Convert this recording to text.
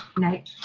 night.